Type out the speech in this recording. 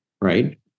right